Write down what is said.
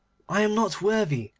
i am not worthy,